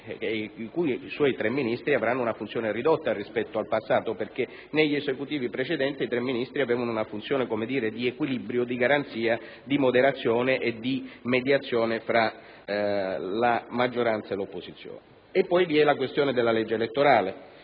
i suoi tre Ministri avranno una funzione ridotta rispetto al passato (negli Esecutivi precedenti i tre Ministri avevano infatti una funzione per così dire di equilibrio, di garanzia, di moderazione e di mediazione tra la maggioranza e l'opposizione). Vi è poi il tema della legge elettorale